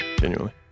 genuinely